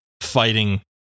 fighting